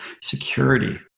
security